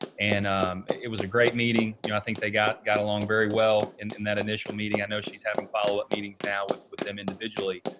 and it was a great meeting. you know, i think they got got along very well in that initial meeting. i know she's having follow-up meetings now with with them individually.